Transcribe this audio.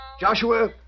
Joshua